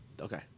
Okay